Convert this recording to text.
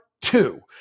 two